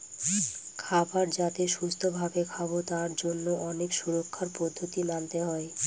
খাবার যাতে সুস্থ ভাবে খাবো তার জন্য অনেক সুরক্ষার পদ্ধতি মানতে হয়